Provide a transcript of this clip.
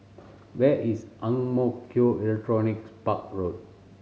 where is Ang Mo Kio Electronics Park Road